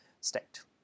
state